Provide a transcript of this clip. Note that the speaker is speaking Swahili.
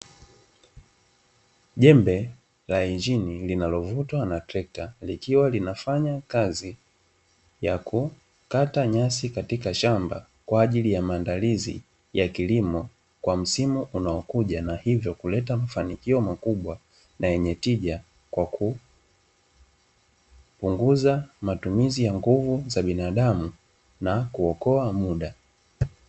Jembe la injini linalovutwa na trekta likiwa linafanya kazi ya kukata nyasi katika shamba kwa ajili ya maandalizi ya kilimo kwa msimu unaokuja na hivyo kuleta mafanikio makubwa na yenye tija kwa kupunguza matumizi ya nguvu za binadamu na kuokoa muda.